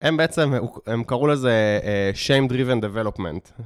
הם בעצם, הם קראו לזה shame driven development.